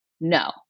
No